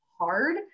hard